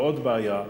בעוד בעיה,